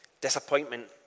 Disappointment